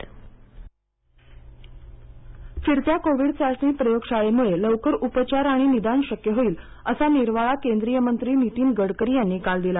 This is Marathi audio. गडकरी फिरत्या कोविड चाचणी प्रयोगशाळेमुळे लवकर उपचार आणि निदान शक्य होईल असा निर्वाळा केंद्रीय मंत्री नितीन गडकरी यांनी काल दिला